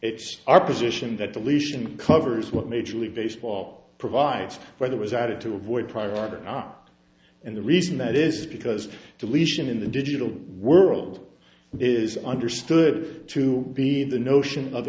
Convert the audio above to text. it's our position that deletion covers what major league baseball provides whether was added to avoid prior art or are and the reason that is because deletion in the digital world is understood to be the notion of